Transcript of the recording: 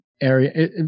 area